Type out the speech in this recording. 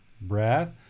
Breath